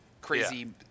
crazy